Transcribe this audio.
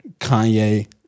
Kanye